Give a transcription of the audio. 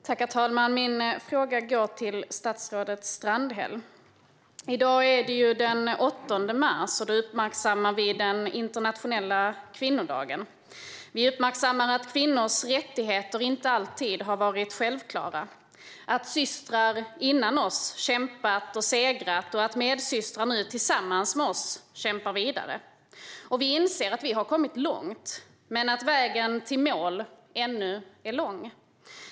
Herr talman! Min fråga går till statsrådet Strandhäll. I dag är det den 8 mars, och då uppmärksammar vi den internationella kvinnodagen. Vi uppmärksammar att kvinnors rättigheter inte alltid har varit självklara, att systrar före oss har kämpat och segrat. Tillsammans med oss kämpar nu medsystrarna vidare. Vi inser att vi har kommit långt, men vägen till målet ännu är lång.